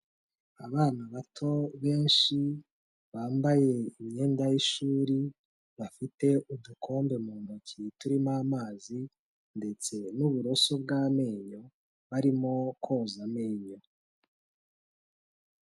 Abana bato benshi bambaye imyenda y'ishuri, bafite udukombe mu ntoki turimo amazi ndetse n'uburoso bw'amenyo barimo koza amenyo.